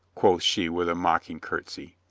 quoth she with a mock ing curtsy.